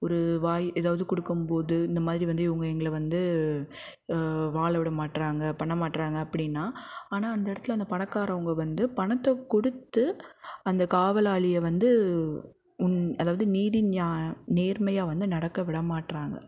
ஒரு வாய் ஏதாவது கொடுக்கும் போது இந்த மாதிரி வந்து இவங்க எங்களை வந்து வாழ விட மாட்டேறாங்க பண்ண மாட்டேறாங்க அப்படின்னா ஆனால் அந்த இடத்துல அந்த பணக்காரவங்க வந்து பணத்தை கொடுத்து அந்த காவலாளியை வந்து உன் அதாவது நீதி நியா நேர்மையாக வந்து நடக்க விட மாட்டேறாங்க